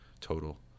total